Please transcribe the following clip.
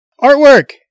Artwork